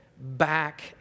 back